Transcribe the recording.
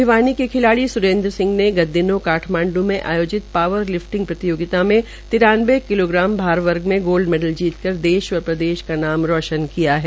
भिवानी के खिलाड़ी स्रेन्द्र सिंह ने गत दिनों काठमांड्र में आयोजित पावर लिफिटंग प्रतियोगिता मे तिरानबे किलोग्राम भार वर्ग में गोल्ड मेडल जीत कर देश और प्रदेश क नाम रोशन किया है